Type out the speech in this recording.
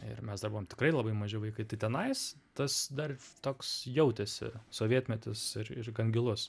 ir mes dar buvom tikrai labai maži vaikai tenais tas dar toks jautėsi sovietmetis ir ir gan gilus